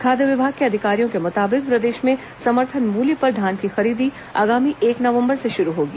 खाद्य विभाग के अधिकारियों के मुताबिक प्रदेश में समर्थन मूल्य पर धान की खरीदी आगामी एक नवंबर से शुरू होगी